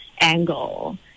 angle